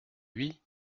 lui